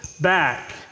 back